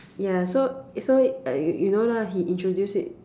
ya so so you know lah he introduce it